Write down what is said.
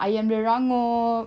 itu yang belakang drink stall eh